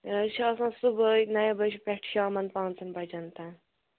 یہِ حظ چھُ آسان صُبحٲے نَیہِ بَجہِ پٮ۪ٹھ شامَن پانٛژَن بَجن تانۍ